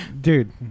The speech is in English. dude